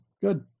Good